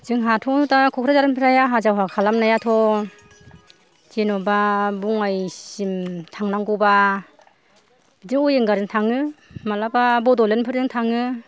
जोंहाथ' दा क'क्राझारनिफ्राय आहा जावा खालामनायाथ' जेन'बा बङाइसिम थांनांगौबा बिदिनो विंगारजों थाङो मालाबा बड'लेण्ड फोरजों थाङो